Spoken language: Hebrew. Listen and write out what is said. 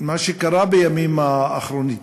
מה שקרה בימים האחרונים,